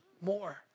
more